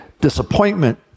disappointment